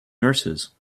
nurses